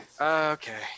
Okay